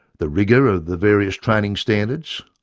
the rigour of the various training standards,